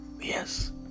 Yes